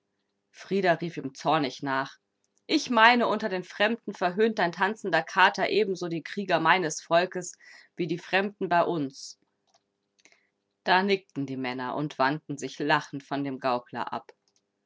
frida rief ihm zornig nach ich meine unter den fremden verhöhnt dein tanzender kater ebenso die krieger meines volkes wie die fremden bei uns da nickten die männer und wandten sich lachend von dem gaukler ab